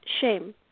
shame